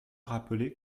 rappelé